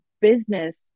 business